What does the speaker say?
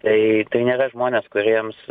tai tai nėra žmonės kuriems